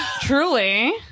Truly